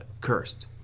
cursed